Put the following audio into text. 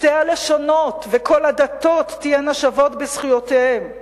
שתי הלשונות וכל הדתות תהיינה שוות בזכויותיהן,